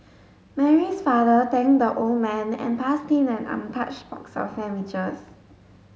Mary's father thanked the old man and passed him an untouched box of sandwiches